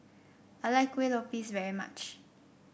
I like Kueh Lopes very much